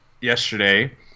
yesterday